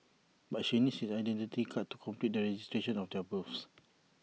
but she needs his Identity Card to complete the registration of their births